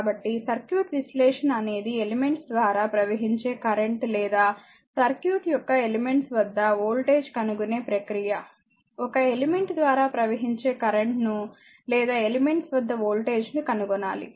కాబట్టి సర్క్యూట్ విశ్లేషణ అనేది ఎలెమెంట్స్ ద్వారా ప్రవహించే కరెంట్ లేదా సర్క్యూట్ యొక్క ఎలెమెంట్స్ వద్ద వోల్టేజ్ కనుగొనే ప్రక్రియ ఒక ఎలెమెంట్ ద్వారా ప్రవహించే కరెంట్ ను లేదా ఎలెమెంట్స్ వద్ద వోల్టేజ్ ను కనుగొనాలి